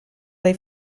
dai